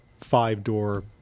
five-door